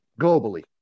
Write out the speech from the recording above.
globally